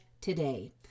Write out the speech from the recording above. today